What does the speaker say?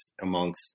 amongst